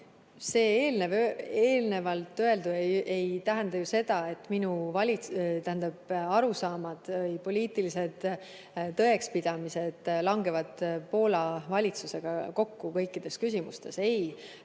See eelnevalt öeldu ei tähenda ju seda, et minu arusaamad ja poliitilised tõekspidamised langeksid Poola valitsuse omadega kokku kõikides küsimustes. Ei,